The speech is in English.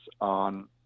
on